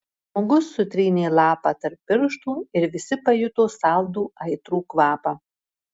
žmogus sutrynė lapą tarp pirštų ir visi pajuto saldų aitrų kvapą